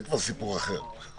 זה כבר סיפור אחר.